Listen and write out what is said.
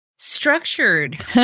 Structured